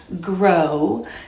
grow